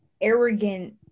arrogant